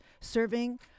serving